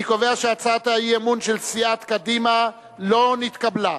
אני קובע שהצעת האי-אמון של סיעת קדימה לא נתקבלה.